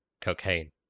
Cocaine